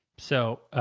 so,